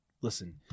Listen